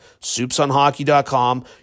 soupsonhockey.com